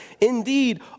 Indeed